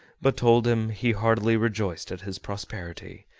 but told him he heartily rejoiced at his prosperity,